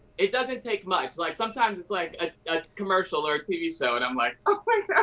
it doesn't take much, like sometimes it's like a commercial or a tv show, and i'm like, oh